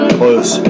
close